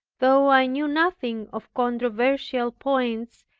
though i knew nothing of controversial points,